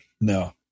No